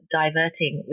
diverting